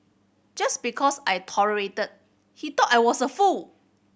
just because I tolerated he thought I was a fool